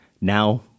Now